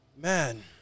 man